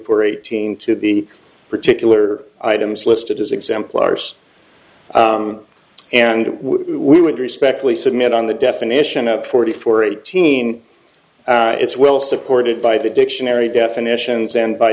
four eighteen to the particular items listed as exemplars and we would respectfully submit on the definition of forty four eighteen it's well supported by the dictionary definitions and by